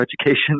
education